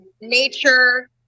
nature